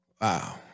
wow